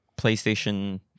playstation